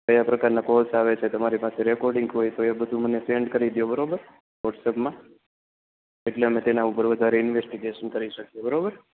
કયા પ્રકારના કોલ્સ આવે છે તમારી પાસે રેકોર્ડિંગ હોય તો એ બધું મને સેન્ડ કરી દ્યો બરોબર વ્હોટ્સઅપમાં એટલે અમે તેના ઉપર વધારે ઇન્વેસ્ટિગેશન કરી શકીએ બરોબર